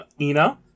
Ina